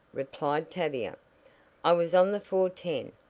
replied tavia i was on the four ten,